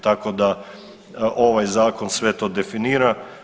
Tako da ovaj zakon sve to definira.